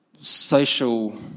social